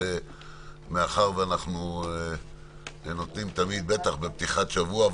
מאחר שאנחנו נותנים תמיד בטח בפתיחת שבוע,